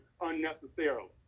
unnecessarily